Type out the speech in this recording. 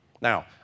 Now